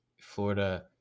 Florida